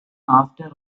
after